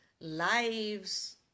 lives